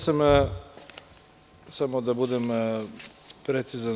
Samo da budem precizan.